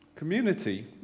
community